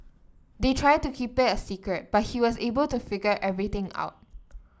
they tried to keep it a secret but he was able to figure everything out